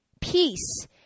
peace